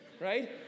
right